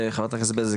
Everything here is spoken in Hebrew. חברת הכנסת ענבר בזק,